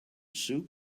soup